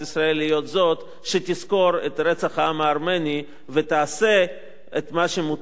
זאת שתזכור את רצח העם הארמני ותעשה את מה שמוטל עליה.